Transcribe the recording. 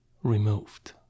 Removed